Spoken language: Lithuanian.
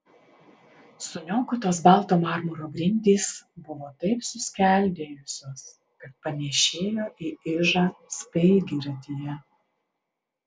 suniokotos balto marmuro grindys buvo taip suskeldėjusios kad panėšėjo į ižą speigiratyje